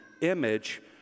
image